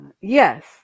yes